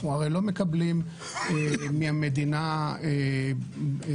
אנחנו הרי לא מקבלים מהמדינה העברות,